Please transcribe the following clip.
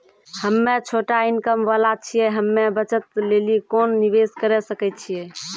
हम्मय छोटा इनकम वाला छियै, हम्मय बचत लेली कोंन निवेश करें सकय छियै?